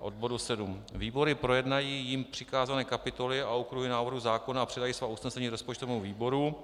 Od bodu 7: Výbory projednají jim přikázané kapitoly a okruhy návrhu zákona a předají svá usnesení rozpočtovému výboru.